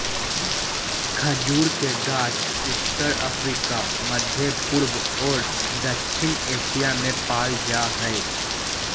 खजूर के गाछ उत्तर अफ्रिका, मध्यपूर्व और दक्षिण एशिया में पाल जा हइ